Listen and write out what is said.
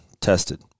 tested